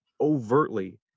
overtly